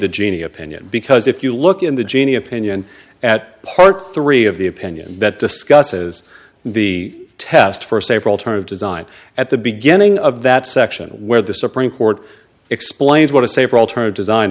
the genie opinion because if you look in the genie opinion at part three of the opinion that discusses the test for a safer alternative design at the beginning of that section where the supreme court explains what a safer alternative